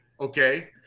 okay